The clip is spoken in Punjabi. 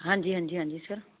ਹਾਂਜੀ ਹਾਂਜੀ ਹਾਂਜੀ ਸਰ